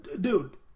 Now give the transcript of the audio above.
Dude